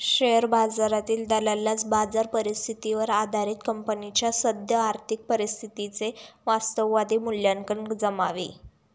share बाजारातील दलालास बाजार परिस्थितीवर आधारित कंपनीच्या सद्य आर्थिक परिस्थितीचे वास्तववादी मूल्यांकन जमावे